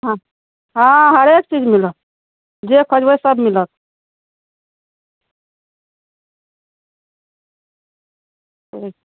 हँ हँ हरेक चीज मिलत जे खोजबै सब मिलत ठीक